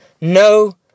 no